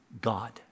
God